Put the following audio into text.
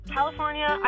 California